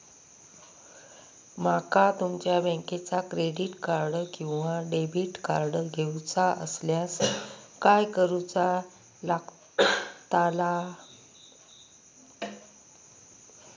माका तुमच्या बँकेचा क्रेडिट कार्ड किंवा डेबिट कार्ड घेऊचा असल्यास काय करूचा लागताला?